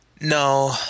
No